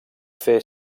fer